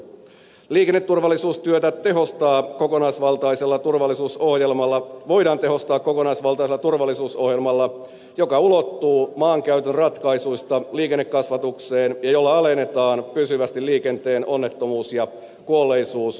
liikenneturvallisuustyötä voidaan tehostaa kokonaisvaltaisella turvallisuusohjelmalla joka ulottuu maankäytön ratkaisuista liikennekasvatukseen ja jolla alennetaan pysyvästi liikenteen onnettomuus ja kuolleisuuslukuja